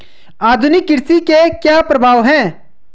आधुनिक कृषि के क्या प्रभाव हैं?